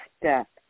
step